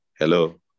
Hello